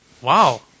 wow